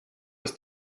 ist